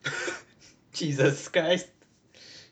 jesus christ